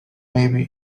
maybe